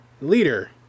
leader